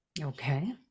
Okay